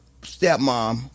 stepmom